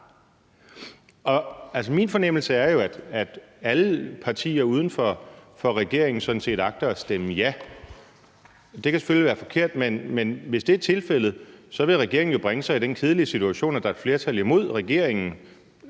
Min fornemmelse er jo, at alle partier uden for regeringen sådan set agter at stemme ja. Det kan selvfølgelig være forkert, men hvis det er tilfældet, vil regeringen jo bringe sig i den kedelige situation, at der er et flertal imod regeringen.